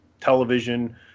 television